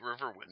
Riverwind